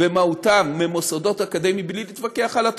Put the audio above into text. במהותן ממוסדות אקדמיים, בלי להתווכח על התרומה,